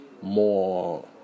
more